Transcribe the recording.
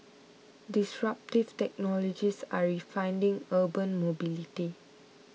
disruptive technologies are redefining urban mobility